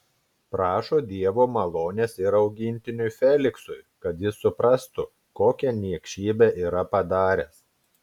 prašo dievo malonės ir augintiniui feliksui kad jis suprastų kokią niekšybę yra padaręs